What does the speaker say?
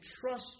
trust